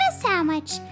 sandwich